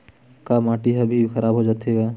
का माटी ह भी खराब हो जाथे का?